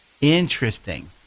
Interesting